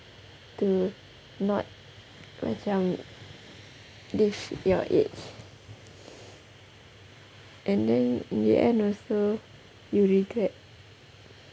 to not macam live your age and then in the end also you regret